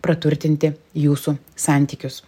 praturtinti jūsų santykius